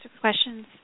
questions